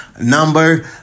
number